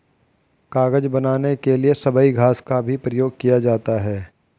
कागज बनाने के लिए सबई घास का भी प्रयोग किया जाता है